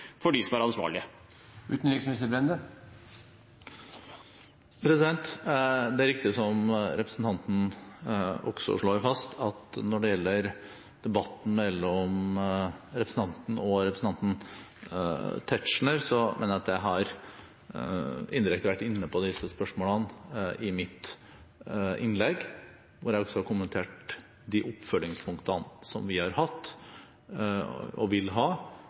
er de ansvarlige? Det er riktig som representanten også slår fast, at når det gjelder debatten mellom representanten Raja og representanten Tetzschner, mener jeg at jeg indirekte har vært inne på disse spørsmålene i mitt innlegg, hvor jeg også kommenterte de oppfølgingspunktene som vi har hatt og vil ha,